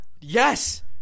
Yes